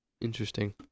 interesting